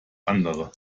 andere